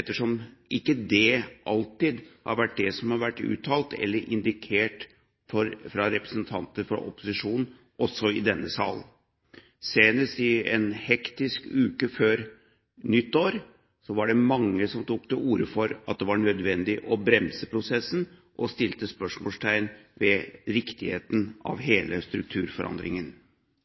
ettersom det ikke alltid har vært det som har vært uttalt eller indikert fra representanter fra opposisjonen – også i denne salen. Senest i en hektisk uke før nyttår var det mange som tok til orde for at det var nødvendig å bremse prosessen, og som satte spørsmålstegn ved riktigheten av hele strukturforandringen.